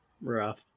Rough